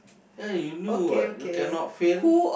ya you know what you cannot fail